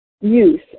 use